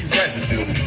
residue